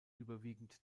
überwiegend